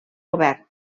govern